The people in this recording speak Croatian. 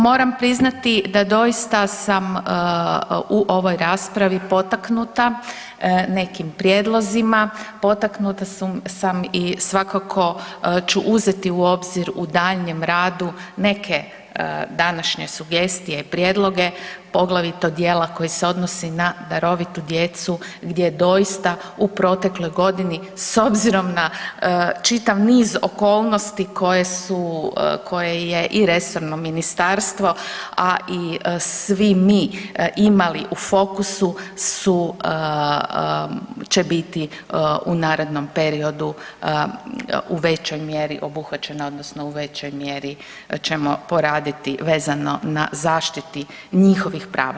Moram priznati da doista sam u ovoj raspravi potaknuta nekim prijedlozima, potaknuta sam i svakako ću uzeti u obzir u daljnjem radu neke današnje sugestije i prijedloge, poglavito dijela koji se odnosi na darovitu djecu gdje doista u protekloj godini s obzirom na čitav niz okolnosti koje je i resorno ministarstvo, a i svi mi imali u fokusu će biti u narednom periodu u većoj mjeri obuhvaćeno odnosno u većoj mjeri ćemo poraditi vezano na zaštiti njihovih prava.